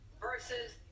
versus